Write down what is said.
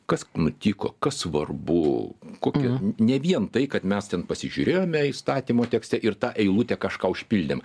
kas nutiko kas svarbu kokia ne vien tai kad mes ten pasižiūrėjome įstatymo tekste ir tą eilutę kažką užpildėm